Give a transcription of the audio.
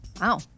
Wow